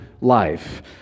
life